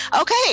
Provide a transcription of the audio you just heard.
okay